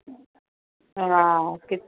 हा किच